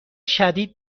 شدید